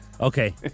Okay